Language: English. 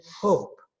hope